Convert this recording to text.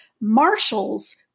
Marshals